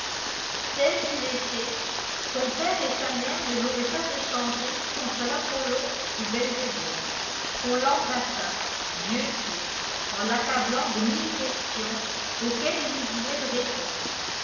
tel qu'il était son père et sa mère ne l'auraient pas échangé contre l'apollon du belvédère on l'embrassa dieu sait en l'accablant de mille questions auxquelles il oubliait de répondre